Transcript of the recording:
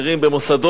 במוסדות.